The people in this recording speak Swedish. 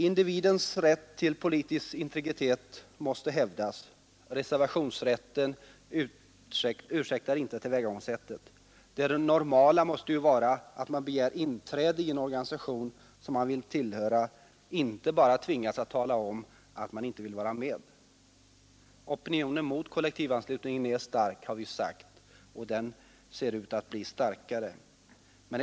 Individens rätt till politiskt integritet måste hävdas. Reservationsrätten ursäktar inte tillvägagångssättet. Det normala måste vara att man begär inträde i den organisation man vill tillhöra, inte bara att tvingas tala om att man inte vill vara med. Opinionen mot kollektivanslutning är stark, har vi sagt, och den ser ut att bli allt starkare.